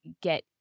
get